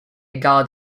guard